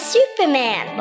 Superman